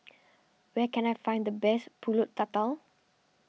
where can I find the best Pulut Tatal